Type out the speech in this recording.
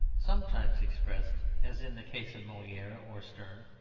sometimes expressed, as in the case of moliere or sterne,